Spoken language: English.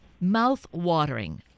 Mouth-watering